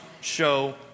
show